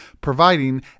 providing